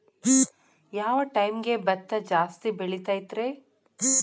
ಯಾವ ಟೈಮ್ಗೆ ಭತ್ತ ಜಾಸ್ತಿ ಬೆಳಿತೈತ್ರೇ?